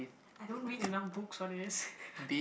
I don't read enough books for this